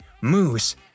Moose